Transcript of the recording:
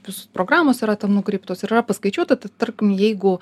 visos programos yra ten nukreiptos ir yra paskaičiuota ta tarkim jeigu